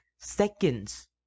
seconds